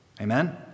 Amen